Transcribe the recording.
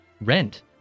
Rent